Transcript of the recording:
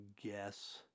guess